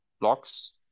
blocks